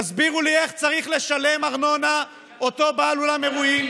תסבירו לי איך צריך לשלם ארנונה אותו בעל אולם אירועים,